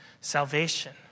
Salvation